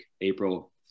April